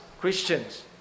Christians